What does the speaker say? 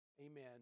amen